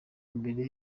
imbere